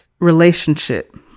relationship